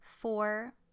four